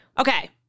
Okay